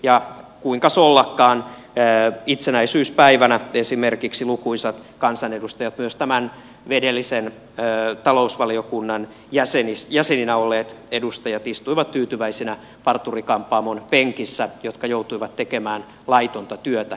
ja kuinkas ollakaan itsenäisyyspäivänä esimerkiksi lukuisat kansanedustajat myös tämän edellisen talousvaliokunnan jäseninä olleet edustajat istuivat tyytyväisinä parturi kampaamon penkissä ja siellä jouduttiin tekemään laitonta työtä